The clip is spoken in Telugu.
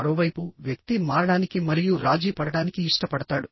మరోవైపు వ్యక్తి మారడానికి మరియు రాజీ పడటానికి ఇష్టపడతాడు